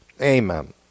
Amen